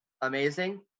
amazing